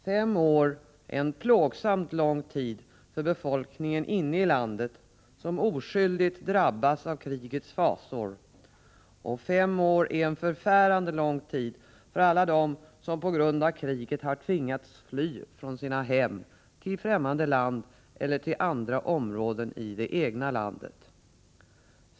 Fem år är en plågsamt lång tid för befolkningen inne i landet som oskyldigt drabbas av krigets fasor, och fem år är en förfärande lång tid för alla dem som på grund av kriget tvingats fly från sina hem, till fftämmande land eller till andra områden i det egna landet.